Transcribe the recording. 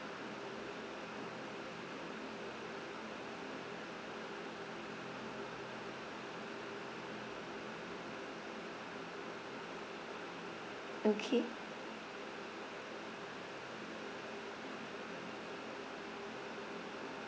okay